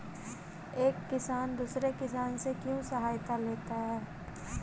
एक किसान दूसरे किसान से क्यों सहायता लेता है?